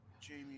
Jamie